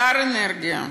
שר האנרגיה,